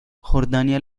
jordania